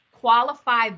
Qualify